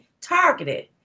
targeted